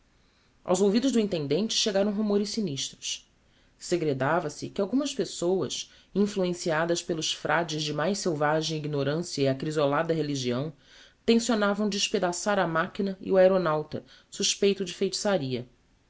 aos ouvidos do intendente chegaram rumores sinistros